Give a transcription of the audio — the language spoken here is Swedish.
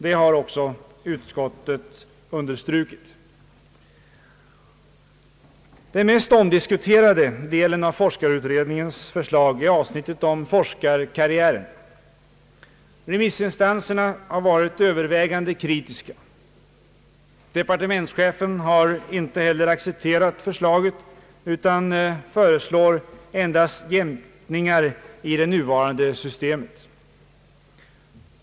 Detta har också understrukits av utskottet. forskarutredningens förslag är avsnittet om forskarkarriären. Remissinstanserna har varit övervägande kritiska. Departementschefen har inte heller accepterat förslaget utan föreslår endast jämkningar i det nuvarande systemet.